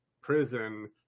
prison